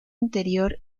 interior